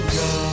go